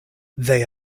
they